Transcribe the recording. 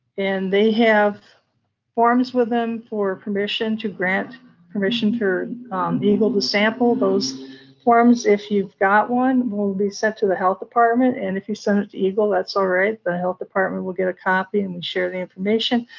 and they have forms with them for permission, to grant permission for egle to sample. those forms, if you've got one, will be sent to the health department, and if you send it egle, that's all right. the health department will get a copy, and we share the information.